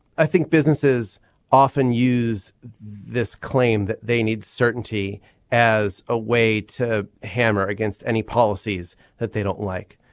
i think businesses often use this claim that they need certainty as a way to hammer against any policies that they don't like.